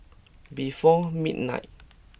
before midnight